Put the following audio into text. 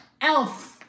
Elf